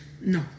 No